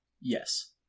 Yes